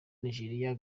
nigeria